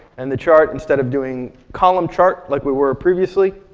and the chart, instead of doing column chart like we were previously,